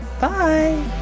Bye